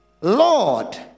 Lord